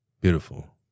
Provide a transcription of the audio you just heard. Beautiful